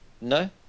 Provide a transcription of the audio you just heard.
No